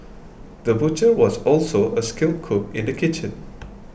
the butcher was also a skilled cook in the kitchen